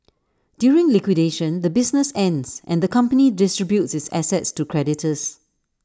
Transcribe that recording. during liquidation the business ends and the company distributes its assets to creditors